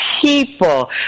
people